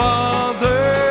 Father